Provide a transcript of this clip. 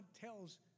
tells